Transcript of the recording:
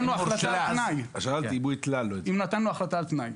אם נתן לו החלטה על תנאי.